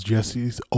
Jesse's